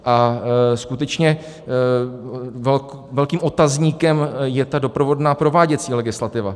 A skutečně velkým otazníkem je ta doprovodná prováděcí legislativa.